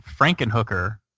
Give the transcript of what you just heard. Frankenhooker